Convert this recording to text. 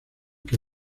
que